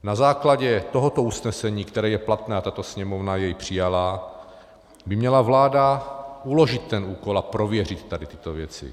Na základě tohoto usnesení, které je platné, a tato Sněmovna jej přijala, by měla vláda uložit ten úkol a prověřit tady tyto věci.